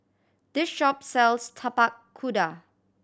this shop sells Tapak Kuda